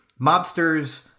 mobsters